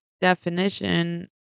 definition